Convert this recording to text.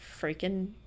freaking